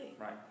Right